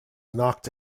knocked